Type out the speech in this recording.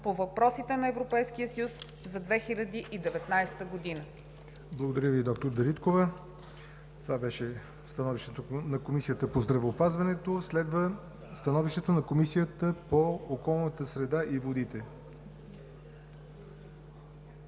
по въпросите на Европейския съюз за 2019 г.“ ПРЕДСЕДАТЕЛ ЯВОР НОТЕВ: Благодаря Ви, доктор Дариткова. Това беше становището на Комисията по здравеопазването. Следва становището на Комисията по околната среда и водите.